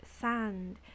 sand